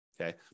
Okay